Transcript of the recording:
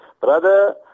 Brother